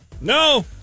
no